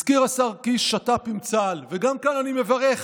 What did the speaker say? הזכיר השר קיש שת"פ עם צה"ל, וגם כאן אני מברך.